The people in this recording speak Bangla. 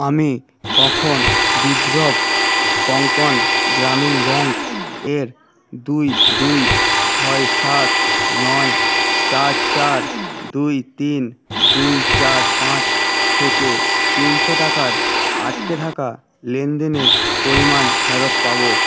আমি কখন বিদর্ভ কোঙ্কন গ্রামীণ ব্যাঙ্ক এর দুই দুই ছয় সাত নয় চার চার দুই তিন দুই চার পাঁচ থেকে তিনশো টাকার আটকে থাকা লেনদেনের পরিমাণ ফেরত পাব